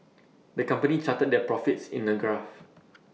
the company charted their profits in A graph